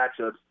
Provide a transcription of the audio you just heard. matchups